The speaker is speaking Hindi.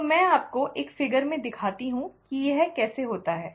तो मैं आपको एक फिगर में दिखाती हूं कि यह कैसे होता है